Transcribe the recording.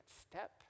step